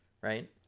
right